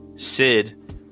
Sid